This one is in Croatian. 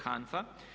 HANFA.